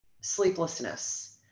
sleeplessness